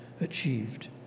achieved